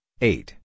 eight